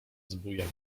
zbójem